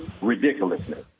ridiculousness